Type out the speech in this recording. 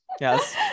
yes